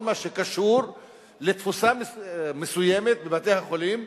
מה שקשור לתפוסה מסוימת בבתי-החולים,